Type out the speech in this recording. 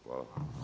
Hvala.